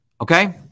okay